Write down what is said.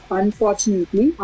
unfortunately